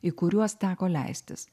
į kuriuos teko leistis